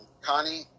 Connie